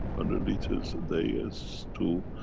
and liters a day is too.